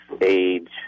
age